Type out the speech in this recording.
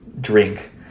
drink